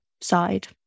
side